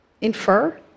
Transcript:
infer